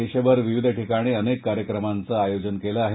देशभर विविध ठिकाणी अनेक कार्यक्रमांचं आयोजन केलं आहे